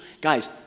Guys